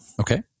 Okay